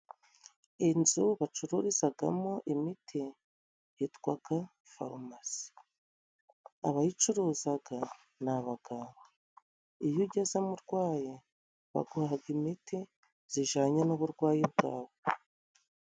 Inzu bacururizagamo imiti yitwaga farumasi, abayicuruzaga ni abagabo, iyo ugezemo urwaye baguhaga imiti zijanye n'uburwayi bwawe.